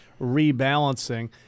rebalancing